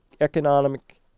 economic